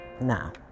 Now